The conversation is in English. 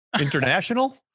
International